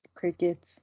crickets